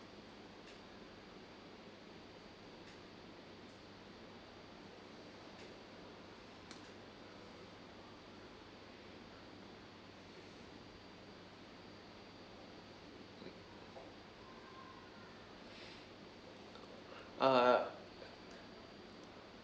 uh